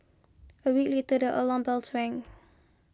a week later the alarm bells rang